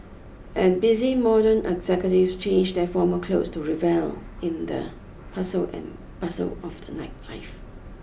and busy modern executives change their formal clothes to revel in the hustle and bustle of the nightlife